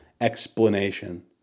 explanation